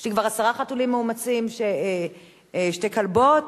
יש לי כבר עשרה חתולים מאומצים, שתי כלבות